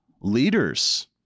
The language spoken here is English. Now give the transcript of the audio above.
leaders